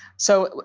so.